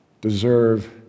deserve